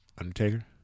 Undertaker